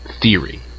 Theory